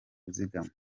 zingana